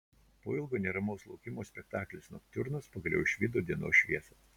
po ilgo neramaus laukimo spektaklis noktiurnas pagaliau išvydo dienos šviesą